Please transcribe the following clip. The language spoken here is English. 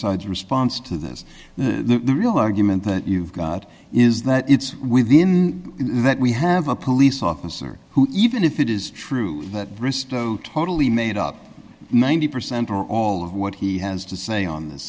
side response to this the real argument that you've got is that it's within that we have a police officer who even if it is true that bristow totally made up ninety percent or all of what he has to say on th